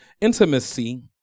intimacy